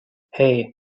hei